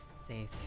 Say